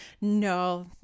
no